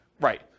Right